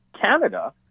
Canada